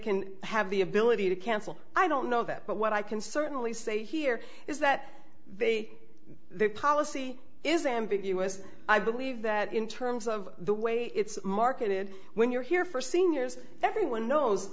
can have the ability to cancel i don't know that but what i can certainly say here is that they their policy is ambiguous i believe that in terms of the way it's marketed when you're here for seniors everyone knows